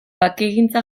bakegintza